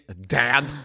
Dad